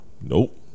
Nope